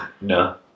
No